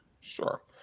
Sure